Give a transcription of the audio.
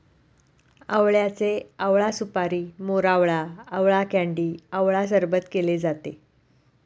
आवळ्याचे आवळा सुपारी, मोरावळा, आवळा कँडी आवळा सरबत केले जाते